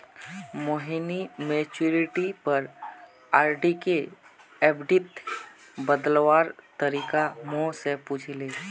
मोहिनी मैच्योरिटीर पर आरडीक एफ़डीत बदलवार तरीका मो से पूछले